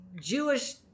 Jewish